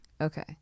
Okay